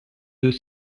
deux